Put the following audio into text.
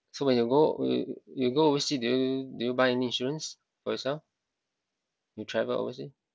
so when you go you you go oversea do you do you buy any insurance for yourself you travel overseas